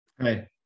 Hey